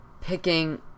Picking